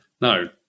No